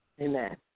Amen